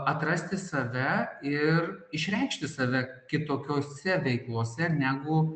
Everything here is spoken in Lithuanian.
atrasti save ir išreikšti save kitokiose veiklose negu